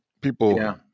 people